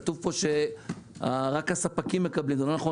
כתוב פה שרק הספקים מקבלים וזה לא נכון.